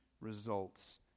results